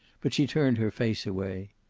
but she turned her face away.